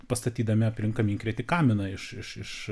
pastatydami aplink kaminkrėtį kaminą iš iš iš